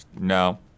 no